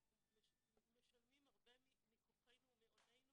אנחנו משלמים הרבה מכוחנו ומהוננו